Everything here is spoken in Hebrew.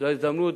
זו ההזדמנות,